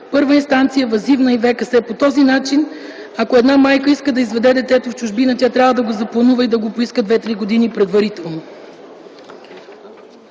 първа инстанция, въззивна инстанция и ВКС. По този начин, ако една майка иска да си изведе детето в чужбина, тя трябва да го запланува и да го поиска 2-3 години предварително.